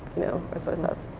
you know or soy sauce.